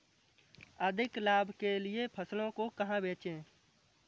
अधिक लाभ के लिए फसलों को कहाँ बेचें?